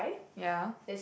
ya